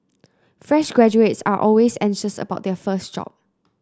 fresh graduates are always anxious about their first job